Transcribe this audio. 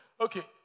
Okay